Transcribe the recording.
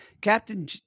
Captain